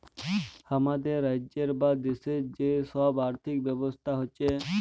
হামাদের রাজ্যের বা দ্যাশের যে সব আর্থিক ব্যবস্থা হচ্যে